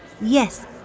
Yes